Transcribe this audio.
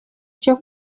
cyo